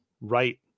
right